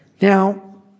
Now